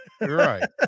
Right